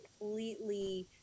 completely